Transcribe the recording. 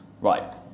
Right